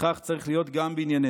וכך צריך להיות גם בענייננו.